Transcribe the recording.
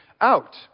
out